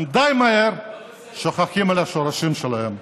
הם די מהר שוכחים את השורשים שלהם.